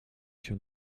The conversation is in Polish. się